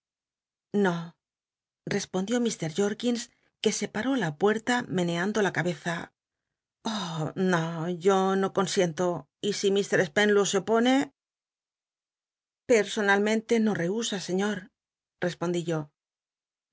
o respondió llr jorkins que se paró á la puerta meneando la cabeza oh no yo no ronsiento y si mr spenlow se opone l cjsonalmente no rehusa sciío cspondí yo